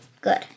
good